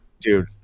Dude